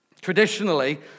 Traditionally